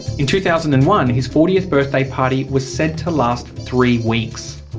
in two thousand and one, his fortieth birthday party was said to last three weeks.